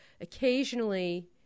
occasionally